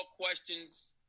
questions